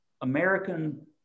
American